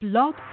Blog